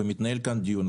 ומתנהל כאן דיון,